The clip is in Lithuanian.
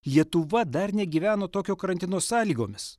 lietuva dar negyveno tokio karantino sąlygomis